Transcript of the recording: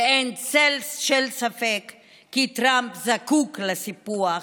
ואין צל של ספק כי טראמפ זקוק לסיפוח